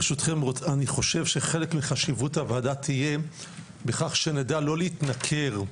אני חושב שחלק מחשיבות הוועדה תהיה בכך שנדע לא להתנכר,